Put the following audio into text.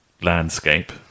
landscape